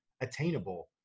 attainable